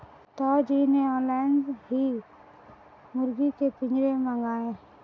ताऊ जी ने ऑनलाइन ही मुर्गी के पिंजरे मंगाए